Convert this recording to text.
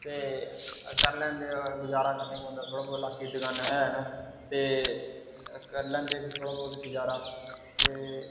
ते करी लैंदे गजारा करने पौंदा थोह्ड़ा बहुत इलाके च दकानां है न ते करी लैंदे फिर थोह्ड़ा बहुत गजारा ते